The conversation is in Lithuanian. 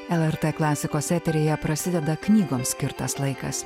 lrt klasikos eteryje prasideda knygom skirtas laikas